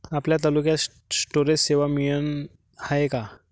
आपल्या तालुक्यात स्टोरेज सेवा मिळत हाये का?